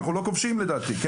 אנחנו לא כובשים לדעתי,